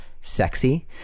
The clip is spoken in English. sexy